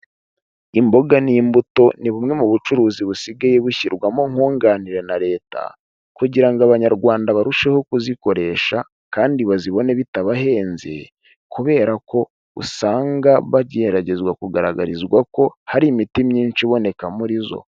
Imboga n'imbuto ni bumwe mu bucuruzi busigaye bushyirwamo nkunganire na leta, kugira ngo Abanyarwanda barusheho kuzikoresha kandi bazibone bitabahenze, kubera ko usanga bageragezwa kugaragarizwa ko hari imiti myinshi iboneka muri zo.